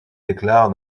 déclare